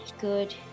good